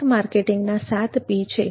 bank માર્કેટિંગના 7P છે